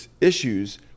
issues